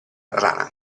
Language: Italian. rana